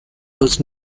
was